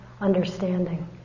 understanding